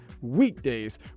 weekdays